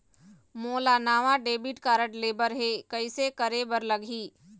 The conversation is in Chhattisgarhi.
मोला नावा डेबिट कारड लेबर हे, कइसे करे बर लगही?